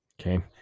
okay